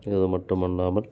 இது மட்டுமல்லாமல்